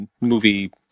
movie